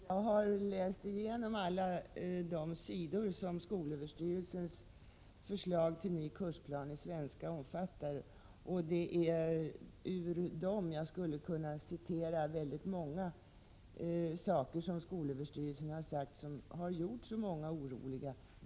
Herr talman! Jag har läst alla de sidor som skolöverstyrelsens förslag till ny kursplan i svenska omfattar, och från dem skulle jag kunna citera mycket som skolöverstyrelsen har sagt och som har gjort många oroliga.